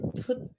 put